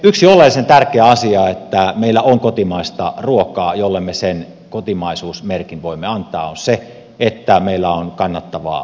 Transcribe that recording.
yksi oleellisen tärkeä asia jotta meillä on kotimaista ruokaa jolle me sen kotimaisuusmerkin voimme antaa on se että meillä on kannattavaa maataloutta